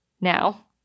now